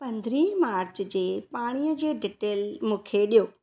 पन्द्रहीं मार्च जी पाणीअ जी डिटेल मूंखे ॾियो